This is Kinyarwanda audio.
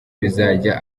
bizajya